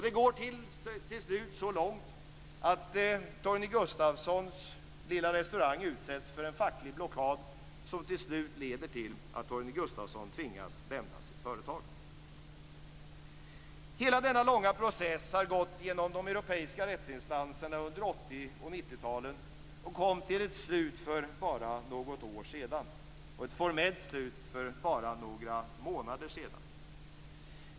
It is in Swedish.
Det går till slut så långt att Torgny Gustafssons lilla restaurang utsätts för en facklig blockad som till slut leder till att Hela denna långa process har gått genom de europeiska rättsinstanserna under 1980 och 1990-talen och kom till ett slut för bara något år sedan och till ett formellt slut för bara några månader sedan.